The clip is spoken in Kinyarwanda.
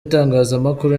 itangazamakuru